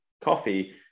coffee